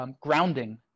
grounding